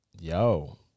yo